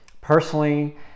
personally